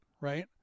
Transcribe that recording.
right